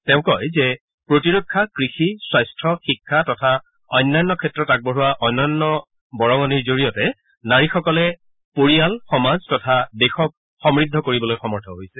তেওঁ কয় যে প্ৰতিৰক্ষা কৃষি স্বাস্থ্য শিক্ষা তথা অন্যান্য ক্ষেত্ৰত আগবঢ়োৱা অনন্য বৰঙণিৰ জৰিয়তে নাৰীসকলে পৰিয়াল সমাজ তথা দেশক সমূদ্ধ কৰিবলৈ সক্ষম হৈছে